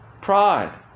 Pride